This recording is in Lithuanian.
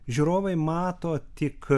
žiūrovai mato tik